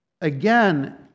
again